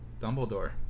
Dumbledore